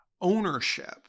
ownership